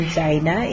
China